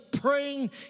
praying